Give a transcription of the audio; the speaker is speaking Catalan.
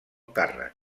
càrrec